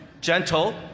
gentle